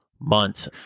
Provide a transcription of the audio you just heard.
months